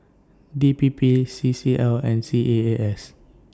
D P P C C L and C A A S